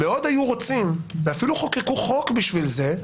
מאוד היו רוצים ואפילו חוקקו חוק בשביל זה,